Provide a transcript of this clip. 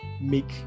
make